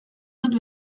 dut